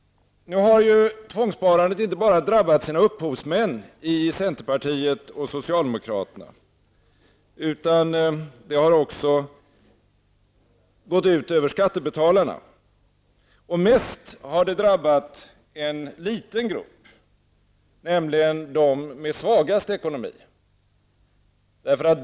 Nu har ju tvångssparandet inte bara drabbat sina upphovsmän hos centerpartiet och socialdemokraterna, utan det har också gått ut över skattebetalarna. Mest har det drabbat en liten grupp, nämligen de med svagast ekonomi.